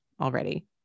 already